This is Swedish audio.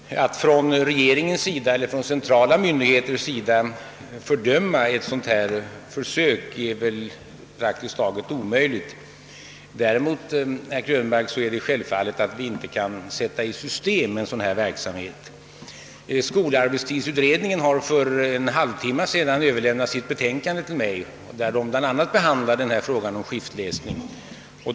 Herr talman! Att från regeringens sida eller från centrala myndigheters sida fördöma ett sådant här försök är väl praktiskt taget omöjligt. Däremot, herr Krönmark, är det självfallet att vi inte kan sätta verksamheten i system. — Skolarbetstidsutredningen har för en halvtimme sedan till mig överlämnat sitt betänkande där bl.a. frågan om skiftläsning behandlas.